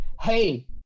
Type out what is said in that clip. hey